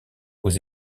aux